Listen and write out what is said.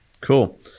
Cool